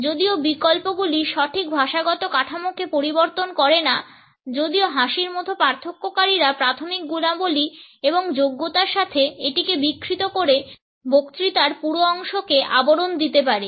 যদিও বিকল্পগুলি সঠিক ভাষাগত কাঠামোকে পরিবর্তন করে না যদিও হাসির মতো পার্থক্যকারীরা প্রাথমিক গুণাবলী এবং যোগ্যতার সাথে এটিকে বিকৃত করে বক্তৃতার পুরো অংশকে আবরণ দিয়ে পারে